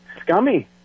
scummy